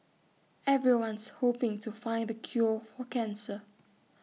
everyone's hoping to find the cure for cancer